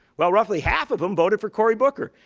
well, roughly half of them voted for cory booker.